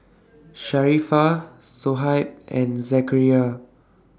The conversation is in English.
Sharifah Shoaib and Zakaria